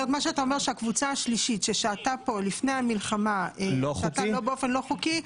אתה אומר שהקבוצה השלישית ששהתה פה לפני המלחמה באופן לא חוקי,